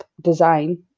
design